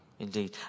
Indeed